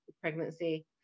pregnancy